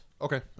Okay